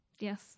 Yes